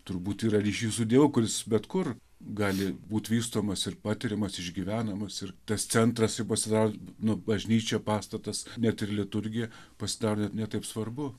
turbūt yra ryšys su dievu kuris bet kur gali būt vystomas ir patiriamas išgyvenamas ir tas centras jau pasidar nu bažnyčia pastatas net ir liturgija pasidaro ne ne taip svarbu